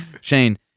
Shane